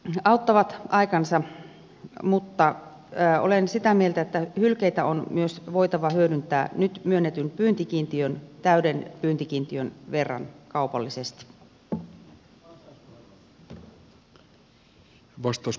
istutukset auttavat aikansa mutta olen sitä mieltä että hylkeitä on myös voitava hyödyntää nyt myönnetyn pyyntikiintiön täyden pyyntikiintiön verran kaupallisesti